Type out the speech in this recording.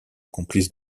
complice